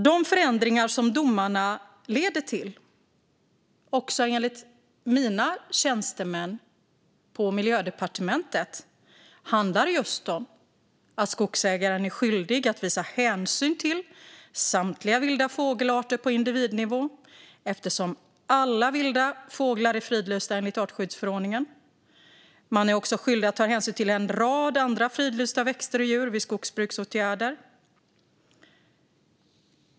De förändringar som domarna leder till, också enligt mina tjänstemän på Miljödepartementet, handlar just om att skogsägaren är skyldig att visa hänsyn till samtliga vilda fågelarter på individnivå, eftersom alla vilda fåglar är fridlysta enligt artskyddsförordningen. Man är också skyldig att ta hänsyn till en rad andra fridlysta växter och djur vid skogsbruksåtgärder.